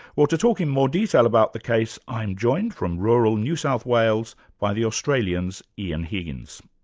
well to talk in more detail about the case, i'm joined from rural new south wales by the australian's ean higgins.